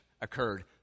occurred